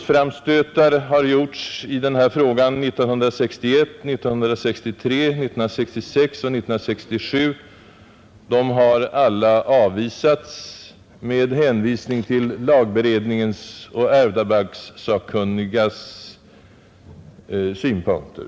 Framstötar har gjorts i denna fråga i motioner 1961, 1963, 1966 och 1967, men de har alla avvisats med hänvisning till lagberedningens och ärvdabalkssakkunnigas synpunkter.